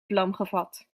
vlamgevat